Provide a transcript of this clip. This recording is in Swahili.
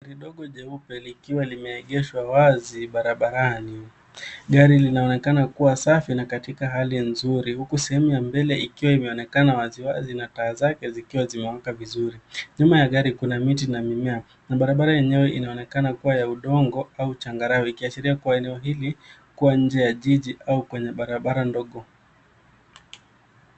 Gari jeupe likiwa limeegeshwa wazi barabarani. Gari linaonekana kuwa safi na katika hali nzuri huku sehemu ya mbele ikiwa imeonekana wazi wazi na taa zake zikiwa zimewaka vizuri. Nyuma ya gari kuna miti na mimea na barabara yenyewe inaonekana kuwa ya udongo au changarawe ikiashiria kuwa eneo hili kuwa nje ya jiji au barabara ndogo.